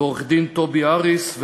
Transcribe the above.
ועורכת-דין טובי הריס,